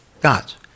God's